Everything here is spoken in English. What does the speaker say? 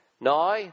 now